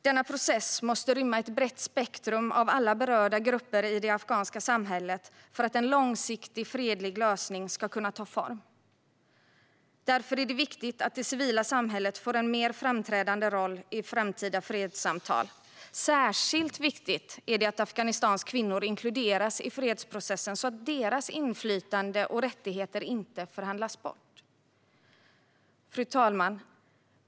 Denna process måste rymma ett brett spektrum av alla berörda grupper i det afghanska samhället för att en långsiktig, fredlig lösning ska kunna ta form. Därför är det viktigt att det civila samhället får en mer framträdande roll i framtida fredssamtal. Särskilt viktigt är det att Afghanistans kvinnor inkluderas i fredsprocessen så att deras inflytande och rättigheter inte förhandlas bort. Fru talman!